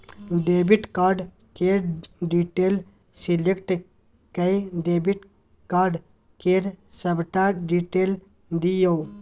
debit card केर detail select कए debit card केर सबटा डिटेल दियौ